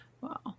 wow